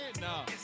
No